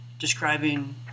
describing